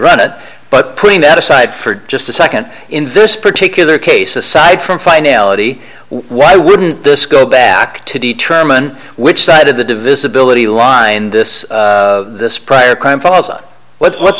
run it but putting that aside for just a second in this particular case aside from finality why wouldn't this go back to determine which side of the divisibility line this this prior crime falls on what's wh